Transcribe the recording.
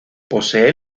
posee